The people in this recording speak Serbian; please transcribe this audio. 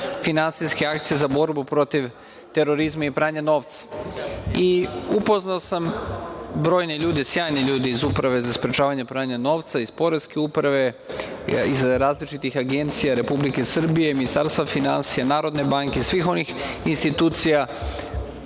finansijske akcije za borbu protiv terorizma i pranja novca i upoznao sam brojne ljude, sjajne ljude iz Uprave za sprečavanje pranja novca, iz poreske uprave, iz različitih agencija Republike Srbije, Ministarstva finansija, NBS, svih onih institucija